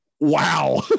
Wow